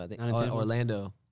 Orlando